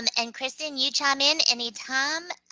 and and krysten, you chime in any time,